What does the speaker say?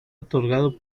otorgado